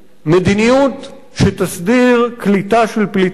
מדיניות שתסדיר קליטה של פליטים,